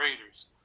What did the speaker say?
Raiders